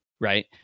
Right